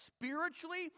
Spiritually